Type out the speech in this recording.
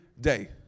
day